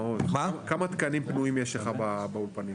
כמה תקנים פנויים יש לך באולפנים?